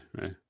right